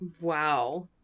Wow